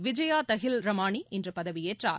Vijaya Tahilramani இன்று பதவியேற்றார்